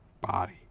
body